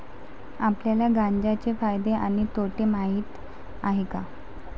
आपल्याला गांजा चे फायदे आणि तोटे माहित आहेत का?